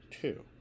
two